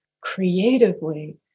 creatively